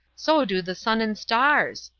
so do the sun and stars.